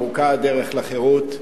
ארוכה הדרך לחירות.